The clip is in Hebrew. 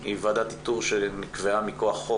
היא ועדת איתור שנקבעה מכח חוק.